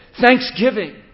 thanksgiving